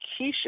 Keisha